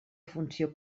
funció